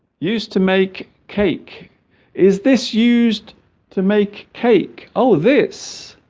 used to make cake is this used to make cake oh this